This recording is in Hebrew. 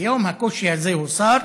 כיום הקושי הזה הוסר,